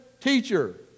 teacher